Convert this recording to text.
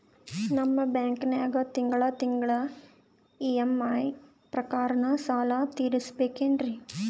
ನಿಮ್ಮ ಬ್ಯಾಂಕನಾಗ ತಿಂಗಳ ತಿಂಗಳ ಇ.ಎಂ.ಐ ಪ್ರಕಾರನ ಸಾಲ ತೀರಿಸಬೇಕೆನ್ರೀ?